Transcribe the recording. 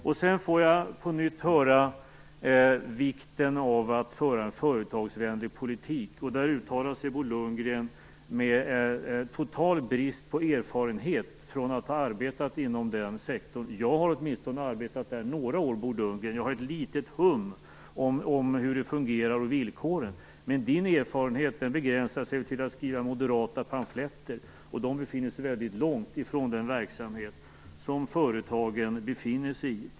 Jag får på nytt höra vikten av att föra företagsvänlig politik. Där uttalar sig Bo Lundgren med total brist på erfarenhet från att ha arbetat inom den sektorn. Jag har åtminstone arbetat där några år, Bo Lundgren. Jag har ett litet hum om villkoren och hur det fungerar. Bo Lundgrens erfarenheter begränsar sig till att skriva moderata pamfletter, väldigt långt ifrån den verklighet som företagen befinner sig i.